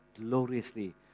gloriously